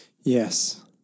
Yes